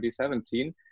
2017